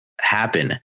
happen